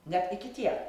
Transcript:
net iki tiek